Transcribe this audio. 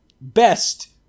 best